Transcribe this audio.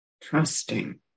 trusting